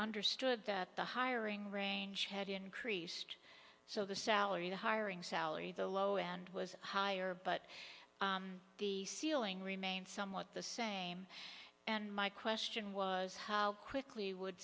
understood that the hiring range had increased so the salary the hiring salary the low end was higher but the ceiling remains somewhat the same and my question was how quickly would